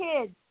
kids